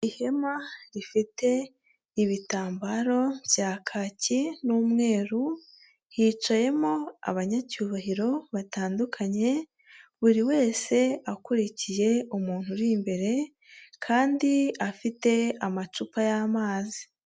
Ihema rifite ibitambaro bya kaki n'umweru, hicayemo abanyacyubahiro batandukanye, buri wese akurikiye umuntu uri imbere, kandi afite amacupa y'amazi.